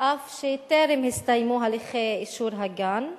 אף שטרם הסתיימו הליכי אישור הגן.